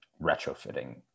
retrofitting